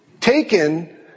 taken